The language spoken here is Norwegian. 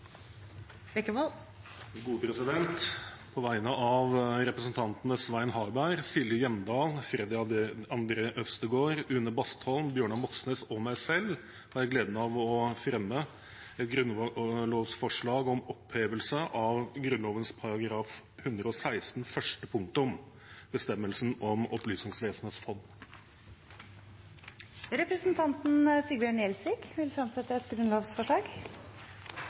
På vegne av representantene Svein Harberg, Silje Hjemdal, Freddy André Øvstegård, Une Bastholm, Bjørnar Moxnes og meg selv har jeg gleden av å fremme et grunnlovsforslag om opphevelse av Grunnloven § 116 første punktum, bestemmelsen om Opplysningsvesenets fond. Representanten Sigbjørn Gjelsvik vil fremsette et grunnlovsforslag.